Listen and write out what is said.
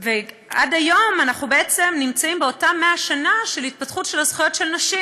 עד היום אנחנו נמצאים באותן מאה שנים של התפתחות של הזכויות של הנשים,